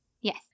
Yes